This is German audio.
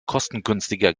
kostengünstiger